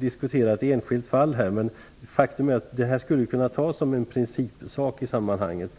diskutera ett enskilt fall, men faktum är att nämnda fall skulle kunna ses som en principsak i sammanhanget.